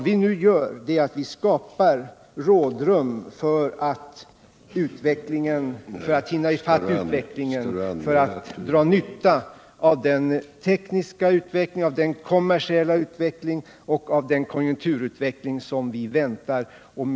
Vi försöker nu skapa rådrum för att dra nytta av den tekniska, kommersiella och konjunkturella utveckling som vi väntar oss.